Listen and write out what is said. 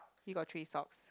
he got three socks